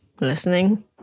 listening